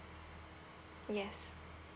yes